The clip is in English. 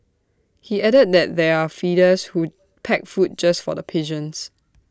he added that there are feeders who pack food just for the pigeons